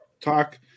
talk